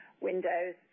windows